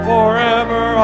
Forever